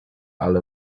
ale